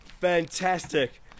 Fantastic